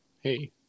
Hey